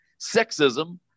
sexism